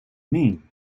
mean